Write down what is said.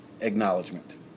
acknowledgement